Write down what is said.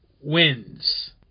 wins